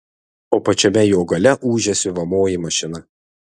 o pačiame jo gale ūžia siuvamoji mašina